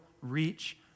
reach